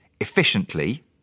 efficiently